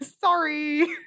sorry